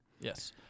Yes